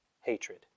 hatred